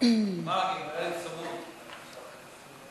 ההצעה להעביר את הנושא לוועדת החינוך,